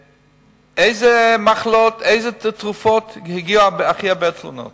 באילו מחלות ועל איזה תרופות הגיעו הכי הרבה תלונות